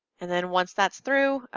and then once that's through,